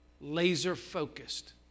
laser-focused